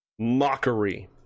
mockery